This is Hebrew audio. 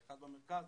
במרכז,